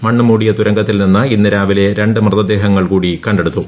മണ്ണുമൂടിയ തുരങ്കത്തിൽ നിന്ന് ഇന്ന് രാവിലെ രണ്ടു മൃതദേഹങ്ങൾ കൂടി കണ്ടെടുത്തു